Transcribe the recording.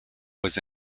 was